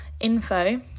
info